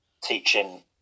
teaching